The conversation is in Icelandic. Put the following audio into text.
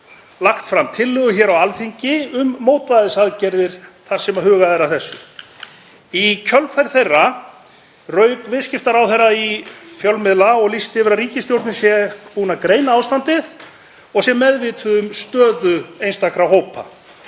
lagt fram tillögu hér á Alþingi um mótvægisaðgerðir þar sem hugað er að þessu. Í kjölfar þess rauk viðskiptaráðherra í fjölmiðla og lýsti yfir að ríkisstjórnin sé búin að greina ástandið og sé meðvituð um stöðu einstakra hópa.